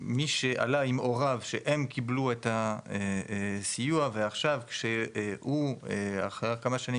מי שעלה עם הוריו שהם קיבלו את הסיוע ועכשיו כשהוא אחרי כמה שנים,